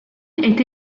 est